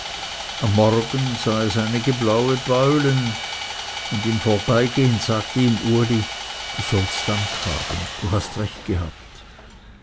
am morgen sah es einige blaue beulen und im vorbeigehen sagte ihm uli du sollst dank haben du hast recht gehabt